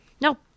No